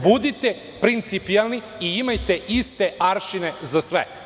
Budite principijelni i imajte iste aršine za sve.